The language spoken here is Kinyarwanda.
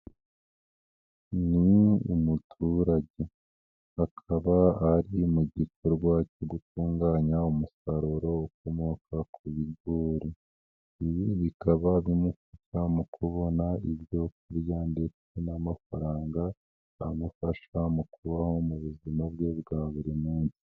Ni umuturage akaba ari mu gikorwa cyo gutunganya umusaruro ukomoka ku bigori, ibi bikaba bimufasha mu kubona ibyo kurya ndetsetse n'amafaranga amufasha mu kubaho mu buzima bwe bwa buri munsi.